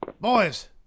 Boys